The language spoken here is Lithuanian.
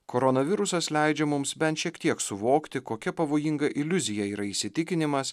koronavirusas leidžia mums bent šiek tiek suvokti kokia pavojinga iliuzija yra įsitikinimas